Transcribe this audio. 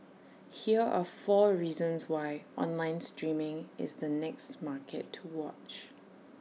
here are four reasons why online streaming is the next market to watch